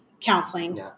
counseling